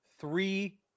Three